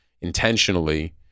intentionally